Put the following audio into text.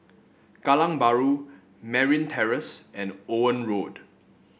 Kallang Bahru Merryn Terrace and Owen Road